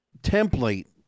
template